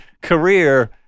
career